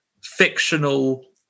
fictional